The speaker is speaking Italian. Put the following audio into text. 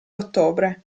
ottobre